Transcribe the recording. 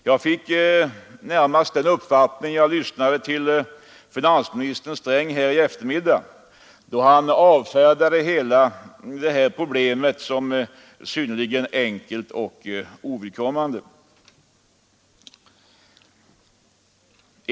Jag fick närmast den uppfattningen när jag lyssnade till finansminister Sträng i eftermiddags; han avfärdade hela detta problem som synnerligen enkelt och ovidkommande.